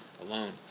alone